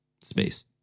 space